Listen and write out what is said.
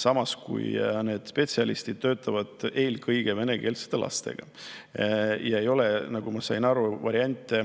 samas kui need spetsialistid töötavad eelkõige venekeelsete lastega. Ei ole, nagu ma sain aru, variante